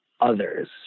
Others